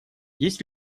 есть